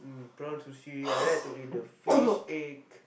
mm prawn sushi I like to eat the fish egg